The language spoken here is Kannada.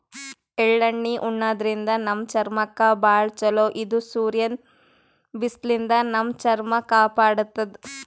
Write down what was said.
ಎಳ್ಳಣ್ಣಿ ಉಣಾದ್ರಿನ್ದ ನಮ್ ಚರ್ಮಕ್ಕ್ ಭಾಳ್ ಛಲೋ ಇದು ಸೂರ್ಯನ್ ಬಿಸ್ಲಿನ್ದ್ ನಮ್ ಚರ್ಮ ಕಾಪಾಡತದ್